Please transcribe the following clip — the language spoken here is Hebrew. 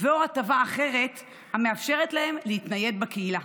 ו/או הטבה אחרת המאפשרת להם להתנייד בקהילה.